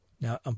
Now